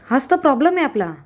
हाच तर प्रॉब्लेम आहे आपला